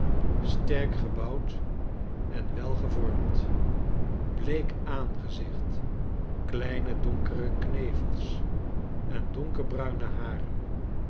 sterk gebouwd en welgevormd bleek aangezicht kleine donkere knevels en donkerbruine haren